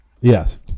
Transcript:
Yes